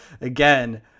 again